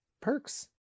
perks